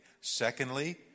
Secondly